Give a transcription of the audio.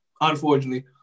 Unfortunately